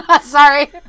Sorry